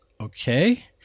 okay